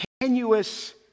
continuous